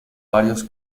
varios